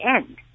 end